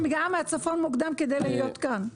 אני מגיעה מהצפון מוקדם בבוקר כדי להיות כאן.